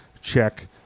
check